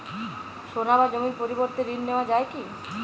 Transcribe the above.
সোনা বা জমির পরিবর্তে ঋণ নেওয়া যায় কী?